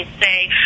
say